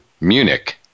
Munich